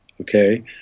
okay